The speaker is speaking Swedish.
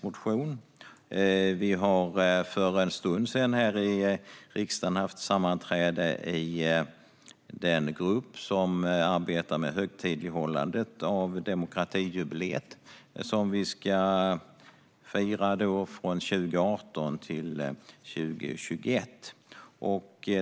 Vi har för en stund sedan här i riksdagen haft sammanträde i den grupp som arbetar med högtidlighållandet av demokratijubileet som vi ska fira från 2018 till 2021.